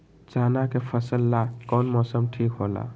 चाना के फसल ला कौन मौसम ठीक होला?